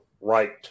right